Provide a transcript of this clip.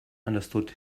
understood